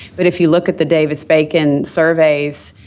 but, if you look at the davis-bacon surveys,